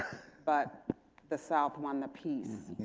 but the south won the peace.